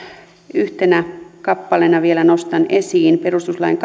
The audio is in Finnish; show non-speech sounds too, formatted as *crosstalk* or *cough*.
yhtenä kappaleena vielä nostan esiin perustuslain *unintelligible*